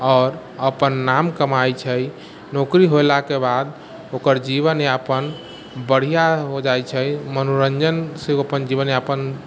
आओर अपन नाम कमाइत छै नौकरी होलाके बाद ओकर जीवनयापन बढ़िआँ हो जाइत छै मनोरञ्जन से ओ अपन जीवनयापन